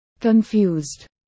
Confused